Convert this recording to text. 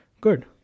Good